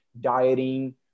dieting